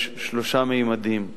יש שלושה ממדים: